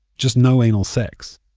just no anal sex